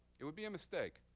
it would be a mistake.